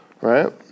right